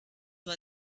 war